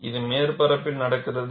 இது மேற்பரப்பில் நடக்கிறது